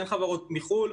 אין חברות מחו"ל.